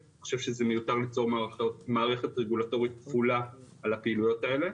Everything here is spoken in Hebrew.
אני חושב שזה מיותר ליצור מערכת רגולטורית כפולה על הפעילויות האלה.